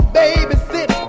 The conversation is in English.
babysit